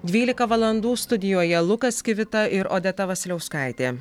dvylika valandų studijoje lukas kivita ir odeta vasiliauskaitė